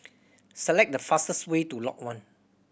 select the fastest way to Lot One